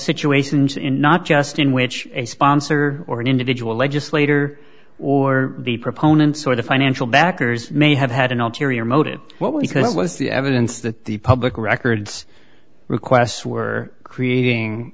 situations in not just in which a sponsor or an individual legislator or the proponents or the financial backers may have had an ulterior motive what we could see was the evidence that the public records requests were creating